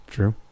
True